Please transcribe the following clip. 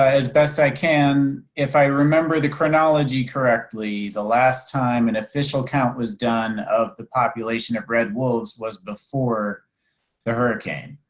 as best i can, if i remember the chronology correctly, the last time an official count was done of the population of red wolves was before the hurricane.